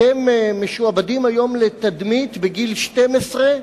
אתם משועבדים היום לתדמית בגיל 12,